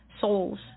souls